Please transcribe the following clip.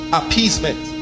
appeasement